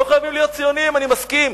לא חייבים להיות ציונים, אני מסכים,